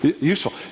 Useful